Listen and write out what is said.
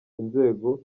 inzego